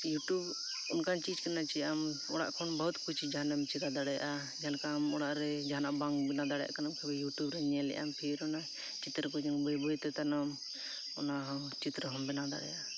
YouTube ᱚᱱᱠᱟᱱ ᱪᱤᱡᱽ ᱠᱟᱱᱟ ᱡᱮ ᱟᱢ ᱚᱲᱟᱜ ᱠᱷᱚᱱ ᱵᱚᱦᱩᱛ ᱠᱩᱪᱷ ᱡᱟᱦᱟᱱᱟᱜᱮᱢ ᱪᱤᱠᱟᱹ ᱫᱟᱲᱮᱭᱟᱜᱼᱟ ᱡᱮᱞᱮᱠᱟ ᱟᱢ ᱚᱲᱟᱜᱨᱮ ᱡᱟᱦᱟᱱᱟᱜ ᱵᱟᱢ ᱵᱮᱱᱟᱣ ᱫᱟᱲᱮᱭᱟᱜ ᱠᱟᱱᱟᱢ ᱤᱭᱩᱴᱩᱵᱽᱨᱮ ᱧᱮᱞᱮᱫ ᱟᱢ ᱯᱷᱤᱨ ᱚᱱᱟ ᱪᱤᱛᱟᱹᱨᱠᱚ ᱡᱮᱢᱚᱱ ᱵᱟᱹᱭᱼᱵᱟᱭᱛᱮ ᱛᱟᱱᱚᱢ ᱚᱱᱟᱦᱚᱸ ᱪᱤᱛᱨᱚᱦᱚᱸᱢ ᱵᱮᱱᱟᱣ ᱫᱟᱲᱮᱭᱟᱜᱼᱟ